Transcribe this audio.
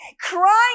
crying